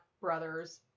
brothers